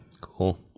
Cool